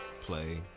play